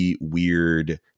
weird